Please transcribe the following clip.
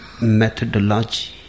methodology